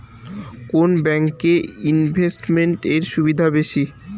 কোন ব্যাংক এ ইনভেস্টমেন্ট এর সুবিধা বেশি?